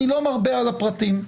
אני לא מרבה בפרטים,